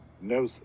no